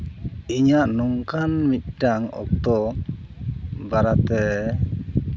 ᱤᱧᱟᱹᱜ ᱱᱚᱝᱠᱟᱱ ᱢᱤᱫᱴᱟᱝ ᱚᱠᱛᱚ ᱵᱟᱨᱮᱛᱮ